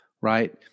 right